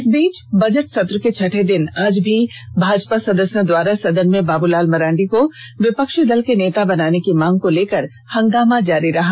इस बीच बजट सत्र के छठे दिन आज भी भाजपा सदस्यों द्वारा सदन में बाबूलाल मरांडी को विपक्षी दल के नेता बनाने की मांग को लेकर हंगामा जारी रहा